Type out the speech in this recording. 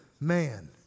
man